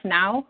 now